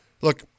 look